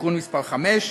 (תיקון מס' 5)